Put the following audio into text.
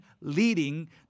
leading